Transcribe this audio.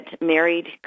married